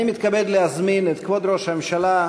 אני מתכבד להזמין את כבוד ראש הממשלה,